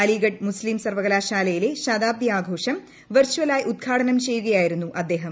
അലിഗഡ് മുസ്ത്രീം സർവകലാശാലയിലെ പ്പൂശ്താബ്ദി ആഘോഷം വിർചലായി ഉദ്ഘാടനം ചെയ്യുകയായിരുന്നു അദ്ദേഹം